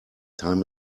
time